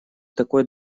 такой